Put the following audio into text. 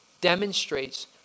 demonstrates